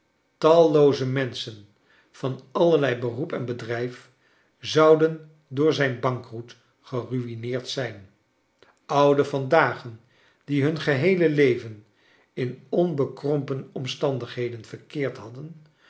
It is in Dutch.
tallooze menschen van allerlei beroep en bedrijf zouden door zrjn bankroet geruineerd zijn ouden van dagen die hun geheele leven in onbekrompen omstandigheden verkeerd hadden